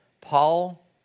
Paul